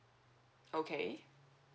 okay